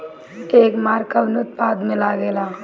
एगमार्क कवने उत्पाद मैं लगेला?